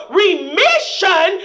remission